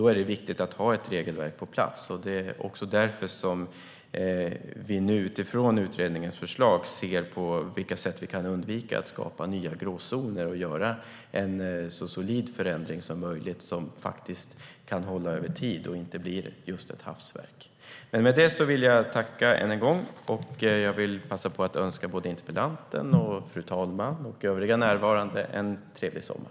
Då är det viktigt att ha ett regelverk på plats, och det är därför vi nu utifrån utredningens förslag tittar på hur vi kan undvika att skapa nya gråzoner och göra en så solid förändring som möjligt - som faktiskt kan hålla över tid och inte bli just ett hafsverk. Med det vill jag än en gång tacka, och jag vill passa på att önska såväl interpellanten som fru talman och övriga närvarande en trevlig sommar.